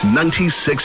96